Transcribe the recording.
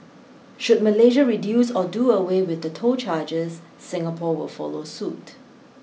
should Malaysia reduce or do away with the toll charges Singapore will follow suit